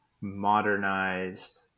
modernized